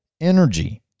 energy